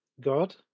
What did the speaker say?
God